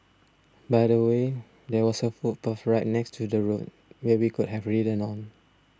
by the way there was a footpath right next to the road where he could have ridden on